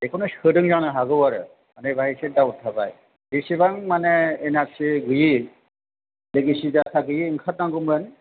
बेखौनो सोदों जानो हागौ आरो मानि बाहाय एसे डाउट थाबाय बेसेबां माने एनआरसि गैयि लेगेसि डाटा गैयि ओंखार नांगौमोन